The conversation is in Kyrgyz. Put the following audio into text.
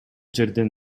жерден